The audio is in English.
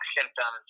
symptoms